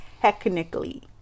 Technically